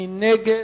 מי נגד?